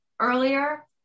earlier